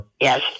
Yes